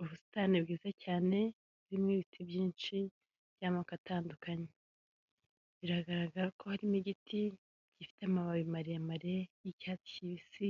Ubusitani bwiza cyane, burimo ibiti byinshi by'amoko atandukanye, biragaragara ko harimo igiti gifite amababi maremare n'icyatsi kibisi,